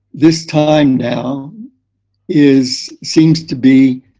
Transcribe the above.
this time now is, seems to be.